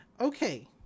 okay